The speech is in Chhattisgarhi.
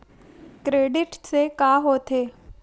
क्रेडिट से का होथे?